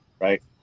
right